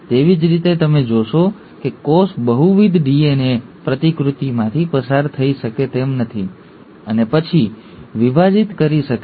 તેવી જ રીતે તમે જોશો કે કોષ બહુવિધ ડીએનએ પ્રતિકૃતિઓમાંથી પસાર થઈ શકે તેમ નથી અને પછી વિભાજિત કરી શકે છે